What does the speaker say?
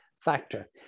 factor